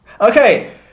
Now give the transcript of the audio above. Okay